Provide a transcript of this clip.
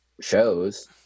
shows